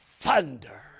Thunder